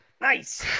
Nice